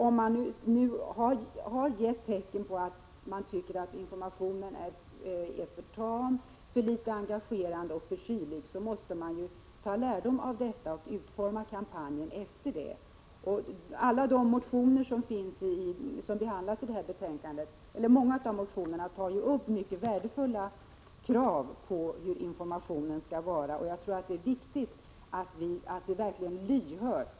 Om det finns tecken på att informationen är för tam, för litet engagerande eller för kylig, måste man ta lärdom av det och ge kampanjen en annan utformning. Många av de motioner som behandlas i detta betänkande innehåller mycket värdefulla krav när det gäller utformningen av informationen. Jag tror att det är viktigt att vi verkligen är lyhörda.